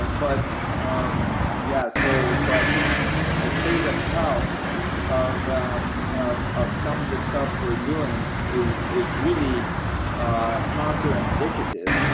but um yeah so so i think the state of health of um of some of the stuff we're doing is is really ah counter indicative,